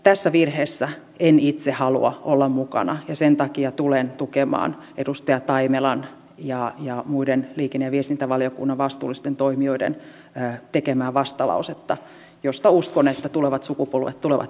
tässä virheessä en itse halua olla mukana ja sen takia tulen tukemaan edustaja taimelan ja muiden liikenne ja viestintävaliokunnan vastuullisten toimijoiden tekemää vastalausetta josta uskon että tulevat sukupolvet tulevat heitä kiittämään